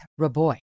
Raboy